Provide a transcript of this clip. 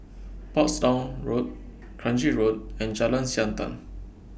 Portsdown Road Kranji Road and Jalan Siantan